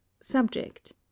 subject